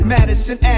Madison